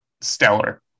stellar